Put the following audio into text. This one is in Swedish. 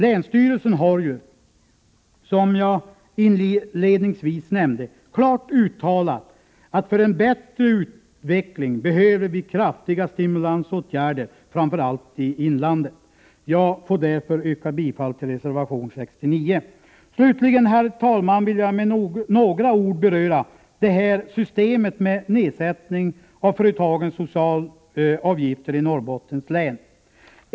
Länsstyrelsen har ju, som jag inledningsvis nämnde, klart uttalat att för en bättre utveckling behöver vi kraftiga stimulansåtgärder, framför allt i inlandet. Jag får därför yrka bifall till reservation 69. Slutligen, herr talman, vill jag med några ord beröra systemet med nedsättning av företagens socialavgifter i Norrbottens län.